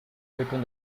between